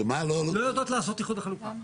לא יודעות לעשות איחוד וחלוקה.